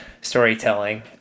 storytelling